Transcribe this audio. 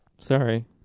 sorry